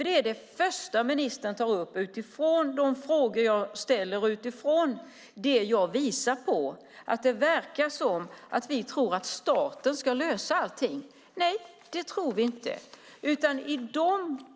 Det första ministern tar upp utifrån mina frågor och det jag visar på är att det verkar som att vi tror att staten ska lösa allt. Nej, det tror vi inte.